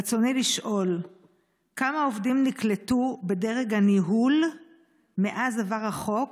רצוני לשאול: 1. כמה עובדים נקלטו בדרג הניהול מאז עבר החוק